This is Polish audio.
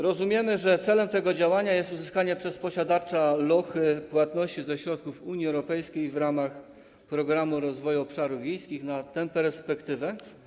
Rozumiemy, że celem tego działania jest uzyskanie przez posiadacza lochy płatności ze środków Unii Europejskiej w ramach Programu Rozwoju Obszarów Wiejskich na tę perspektywę.